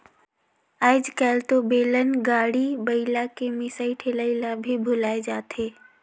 आयज कायल तो बेलन, गाड़ी, बइला के मिसई ठेलई ल भी भूलाये जाथे